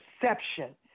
perception